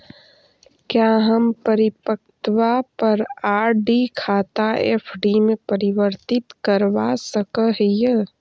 क्या हम परिपक्वता पर आर.डी खाता एफ.डी में परिवर्तित करवा सकअ हियई